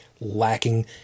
lacking